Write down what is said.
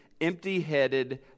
empty-headed